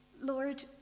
Lord